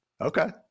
Okay